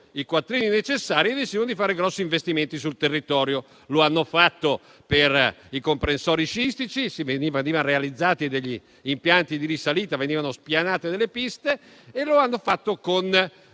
i quattrini necessari e decidono di fare grossi investimenti sul territorio; lo hanno fatto per i comprensori sciistici, realizzando degli impianti di risalita e spianando delle piste, e lo hanno fatto con